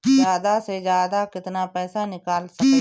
जादा से जादा कितना पैसा निकाल सकईले?